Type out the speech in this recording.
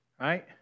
right